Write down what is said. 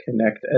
Connect